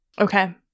Okay